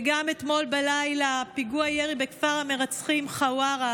אתמול בלילה, פיגוע ירי בכפר המרצחים חווארה.